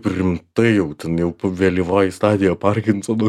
rimtai jau ten jau vėlyvoji stadija parkinsono